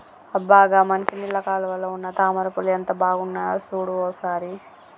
అబ్బ గా మంచినీళ్ళ కాలువలో ఉన్న తామర పూలు ఎంత బాగున్నాయో సూడు ఓ సారి